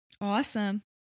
Awesome